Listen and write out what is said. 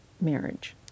marriage